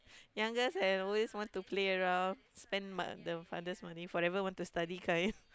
youngest and always want to play around spend mo~ the father's money forever want to study kind